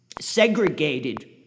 segregated